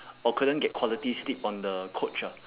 or couldn't get quality sleep on the coach ah